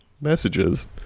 messages